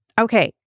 Okay